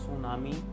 tsunami